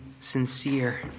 sincere